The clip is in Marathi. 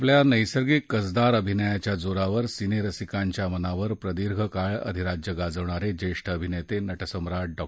आपल्या नैसर्गिक कसदार अभिनयाच्या जोरावर सिनेरसिकांच्या मनावर प्रदीर्घकाळ अधिराज्य गाजवणारे ज्येष्ठ अभिनेते नटसम्राट डॉ